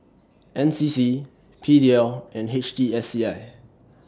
N C C P D L and H T S C I